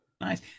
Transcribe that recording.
nice